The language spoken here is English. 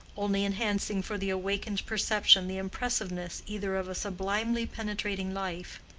only enhancing for the awakened perception the impressiveness either of a sublimely penetrating life,